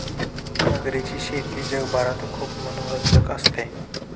मगरीची शेती जगभरात खूप मनोरंजक असते